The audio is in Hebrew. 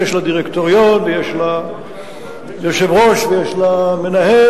שיש לה דירקטוריון ויש לה יושב-ראש ויש לה מנהל,